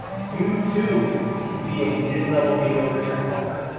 you too can be a mid-level mediocre tech blogger.